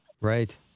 Right